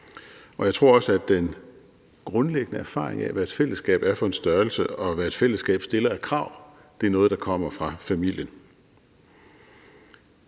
og jeg tror også, at den grundlæggende erfaring af, hvad et fællesskab er for en størrelse, og hvad et fællesskab stiller af krav, er noget, der kommer fra familien.